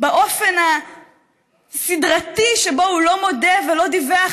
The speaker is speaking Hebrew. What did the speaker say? באופן הסדרתי שבו הוא לא מודה ולא דיווח